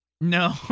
No